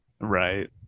right